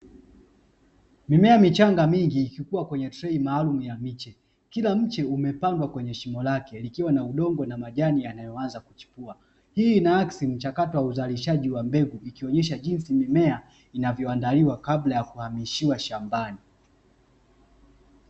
Mimea michanga mingi ikiwa kwenye trei maalumu ya miche. Kila mche umepandwa kwenye shimo lake ukiwa na udongo na majani yanayoanza kuchipua. Hii inaakisi mchakato wa uzalishaji wa mbegu ikionyesha jinsi mimea inavyoandaliwa kabla ya kuhamishiwa shambani.